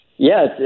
Yes